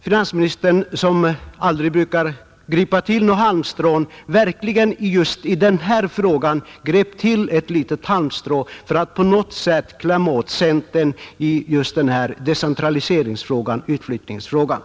Finansministern brukar inte gripa efter halmstrån, men här gjorde han det verkligen för att på något sätt klämma åt centern i decentraliseringsfrågan—utflyttningsfrågan.